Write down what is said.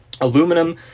aluminum